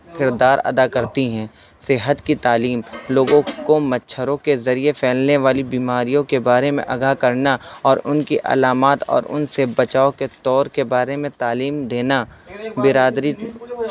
کردار ادا کرتی ہیں صحت کی تعلیم لوگوں کو مچھروں کے ذریعے پھیلنے والی بیماریوں کے بارے میں آگاہ کرنا اور ان کی علامات اور ان سے بچاؤ کے طور کے بارے میں تعلیم دینا برادری